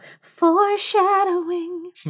foreshadowing